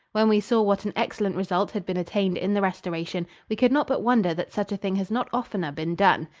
when we saw what an excellent result had been attained in the restoration, we could not but wonder that such a thing has not oftener been done.